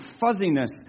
fuzziness